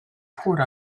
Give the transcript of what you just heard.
poured